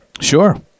Sure